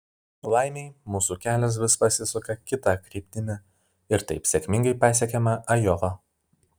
laimei mūsų kelias vis pasisuka kita kryptimi ir taip sėkmingai pasiekiame ajovą